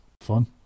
fun